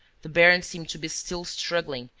the baron seemed to be still struggling,